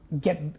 get